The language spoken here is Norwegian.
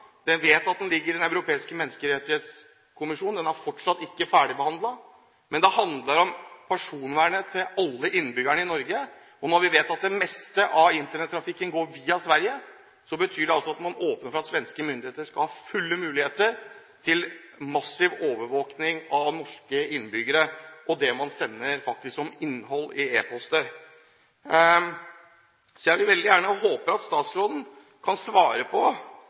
den ligger i Den europeiske menneskerettighetskommisjon, den er fortsatt ikke ferdigbehandlet. Men det handler om personvernet til alle innbyggerne i Norge. Når vi vet at det meste av Internett-trafikken går via Sverige, betyr det at man åpner for at svenske myndigheter skal ha full mulighet til massiv overvåkning av norske innbyggere og det man sender av innhold i e-poster. Jeg vil veldig gjerne – og håper – at statsråden kan bekrefte det svaret vi har fått fra Samferdselsdepartementet, at det ikke har vært noe annen kontakt enn på